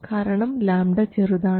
കാരണം λ ചെറുതാണ്